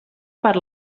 per